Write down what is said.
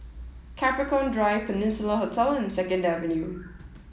Capricorn Drive Peninsula Hotel and Second Avenue